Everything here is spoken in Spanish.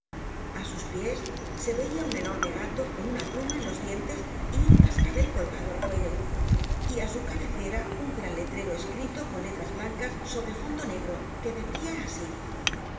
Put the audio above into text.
a sus pies se veía un enorme gato con una pluma en los dientes y un cascabel colgado al cuello y á su cabecera un gran letrero escrito con letras blancas sobre fondo negro que decía así